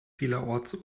vielerorts